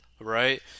right